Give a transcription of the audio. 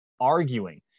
arguing